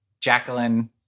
Jacqueline